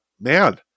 man